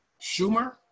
Schumer